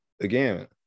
again